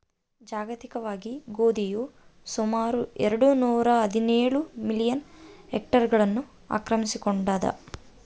ಜಾಗತಿಕವಾಗಿ ಗೋಧಿಯು ಸುಮಾರು ಎರೆಡು ನೂರಾಹದಿನೇಳು ಮಿಲಿಯನ್ ಹೆಕ್ಟೇರ್ಗಳನ್ನು ಆಕ್ರಮಿಸಿಕೊಂಡಾದ